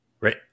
right